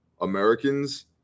Americans